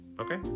Okay